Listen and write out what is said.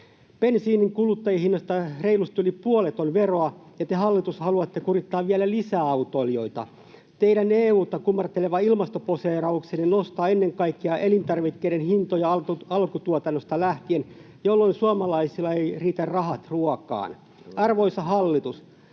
Bensiinin kuluttajahinnasta reilusti yli puolet on veroa, ja te, hallitus, haluatte kurittaa autoilijoita vielä lisää. Teidän EU:ta kumarteleva ilmastoposeerauksenne nostaa ennen kaikkea elintarvikkeiden hintoja alkutuotannosta lähtien, jolloin suomalaisilla eivät riitä rahat ruokaan. Arvoisa hallitus!